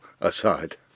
aside